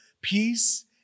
peace